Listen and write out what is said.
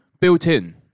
built-in